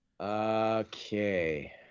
Okay